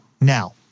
Now